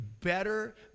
better